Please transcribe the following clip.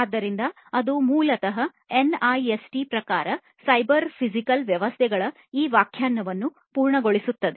ಆದ್ದರಿಂದ ಅದು ಮೂಲತಃ ಎನ್ಐಎಸ್ಟಿ ಪ್ರಕಾರ ಸೈಬರ್ ಫಿಸಿಕಲ್ ವ್ಯವಸ್ಥೆಗಳ ಈ ವ್ಯಾಖ್ಯಾನವನ್ನು ಪೂರ್ಣಗೊಳಿಸುತ್ತದೆ